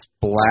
black